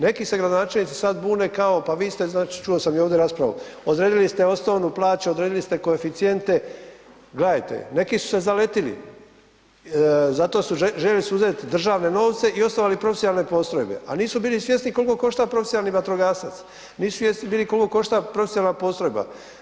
Neki se gradonačelnici sad budne, kao pa vi ste znači, čuo sam i ovdje raspravu, odredili ste osnovnu plaću, odredili ste koeficijente, gledajte neki su se zaletili, zato su, željeli su uzeti državne novce i osnovali profesionalne postrojbe, a nisu bili svjesni koliko košta profesionalni vatrogasac, nisu svjesni bili koliko košta profesionalna postrojba.